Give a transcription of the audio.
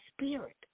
spirit